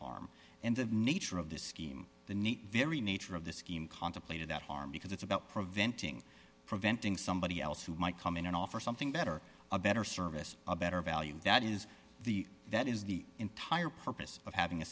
harm and of nature of the scheme the neat very nature of the scheme contemplated that harm because it's about preventing preventing somebody else who might come in and offer something better a better service a better value that is the that is the entire purpose of having a